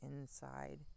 inside